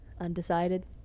Undecided